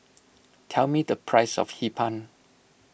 tell me the price of Hee Pan